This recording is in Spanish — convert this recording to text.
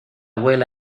vuela